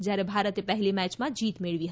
જયારે ભારતે પહેલી મેચમાં જીત મેળવી હતી